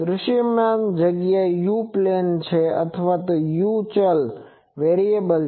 દૃશ્યમાન જગ્યા U પ્લેનમાં છે અથવા u ચલમાં છે